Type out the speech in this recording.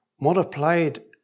multiplied